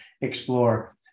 explore